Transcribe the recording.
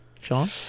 Sean